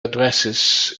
addresses